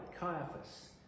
Caiaphas